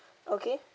okay